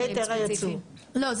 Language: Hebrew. לא.